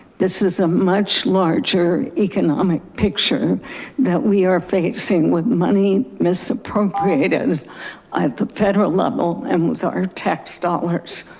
this is a much larger economic picture that we are facing with money misappropriated at the federal level and with our tax dollars.